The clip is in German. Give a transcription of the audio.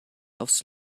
aufs